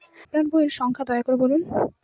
আপনার বইয়ের সংখ্যা দয়া করে বলুন?